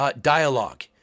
dialogue